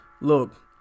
look